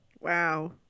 Wow